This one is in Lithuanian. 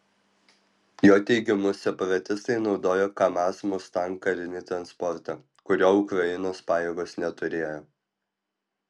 jo teigimu separatistai naudojo kamaz mustang karinį transportą kurio ukrainos pajėgos neturėjo